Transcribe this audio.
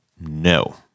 No